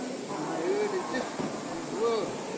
from my early distances will